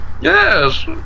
Yes